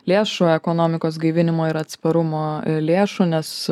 lėšų ekonomikos gaivinimo ir atsparumo lėšų nes